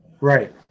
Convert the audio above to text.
Right